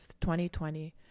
2020